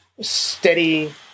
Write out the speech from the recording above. steady